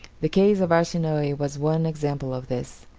the case of arsinoe was one example of this.